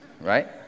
Right